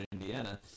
Indiana